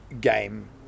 game